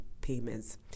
payments